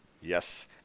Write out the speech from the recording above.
yes